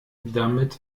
damit